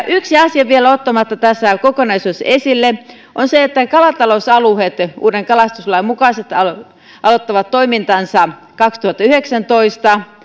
yksi asia mikä vielä on ottamatta tässä kokonaisuudessa esille on se että kalatalousalueet uuden kalastuslain mukaiset alueet aloittavat toimintansa kaksituhattayhdeksäntoista